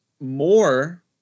more